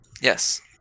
Yes